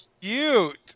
cute